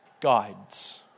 guides